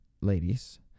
ladies